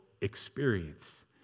experience